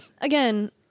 again